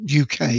UK